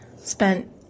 spent